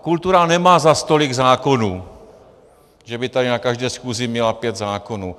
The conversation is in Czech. Kultura nemá zas tolik zákonů, že by tady na každé schůzi měla pět zákonů.